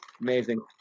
Amazing